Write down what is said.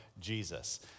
Jesus